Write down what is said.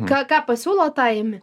ką ką pasiūlo tą imi